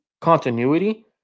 continuity